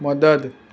મદદ